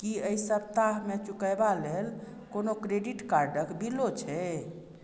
की एहि सप्ताहमे चुकयबा लेल कोनो क्रेडिट कार्डक बिलो छै